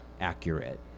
accurate